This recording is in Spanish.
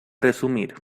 resumir